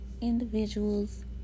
individuals